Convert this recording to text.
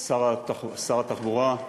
שר התחבורה,